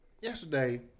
yesterday –